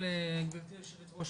גברתי היושבת-ראש,